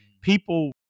people